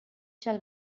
shall